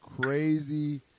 crazy